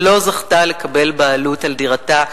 שלא זכתה לקבל בעלות על דירתה,